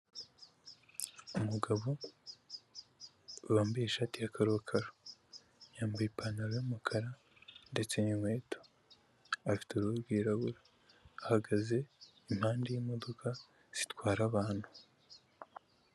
Umugabo wambaye ishati ya karokaro, yambaye ipantaro y'umukara ndetse n'inkweto, afite uruhu rwirabura, ahagaze impande y'imodoka zitwara abantu.